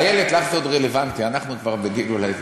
איילת, לך זה עוד רלוונטי, אנחנו כבר בגיל אולי,